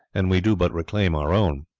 and we do but reclaim our own.